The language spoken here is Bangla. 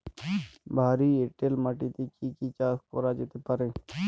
ভারী এঁটেল মাটিতে কি কি চাষ করা যেতে পারে?